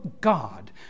God